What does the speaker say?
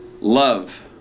love